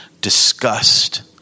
disgust